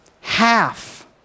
half